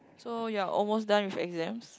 so you're almost done with exams